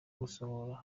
gusohora